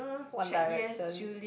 One Direction